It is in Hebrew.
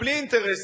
בלי אינטרס פוליטי,